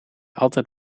altijd